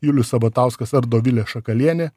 julius sabatauskas ar dovilė šakalienė